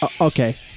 Okay